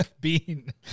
Bean